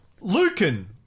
Lucan